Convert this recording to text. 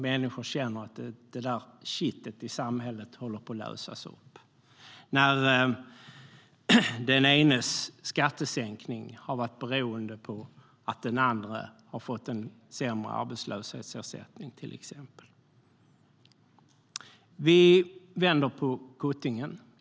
Människor känner att det där kittet i samhället håller på att lösas upp när den enes skattesänkning har varit beroende av att den andre har fått en sämre arbetslöshetsersättning, till exempel. Vi vänder på kuttingen.